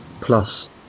plus